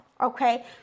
okay